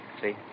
See